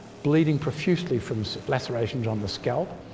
bleeding profusely from lacerations on the scalp.